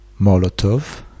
Molotov